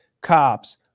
cops